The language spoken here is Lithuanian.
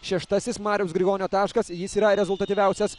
šeštasis mariaus grigonio taškas jis yra rezultatyviausias